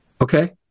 Okay